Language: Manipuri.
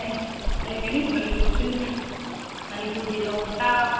ꯂꯩꯒꯅꯤ ꯃꯅꯤꯄꯨꯔ ꯃꯅꯤꯄꯨꯔꯒꯤ ꯂꯣꯛꯇꯥꯛ